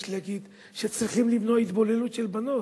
להגיד שצריכים למנוע התבוללות של בנות,